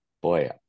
Boy